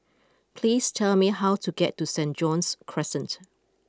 please tell me how to get to St John's Crescent